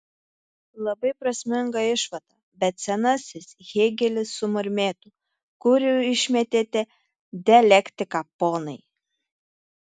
labai prasminga išvada bet senasis hėgelis sumurmėtų kur išmetėte dialektiką ponai